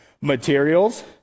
materials